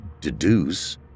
deduce